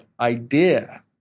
idea